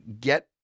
get